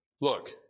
Look